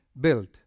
built